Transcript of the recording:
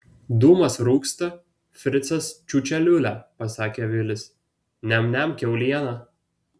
dūmas rūksta fricas čiūčia liūlia pasakė vilis niam niam kiaulieną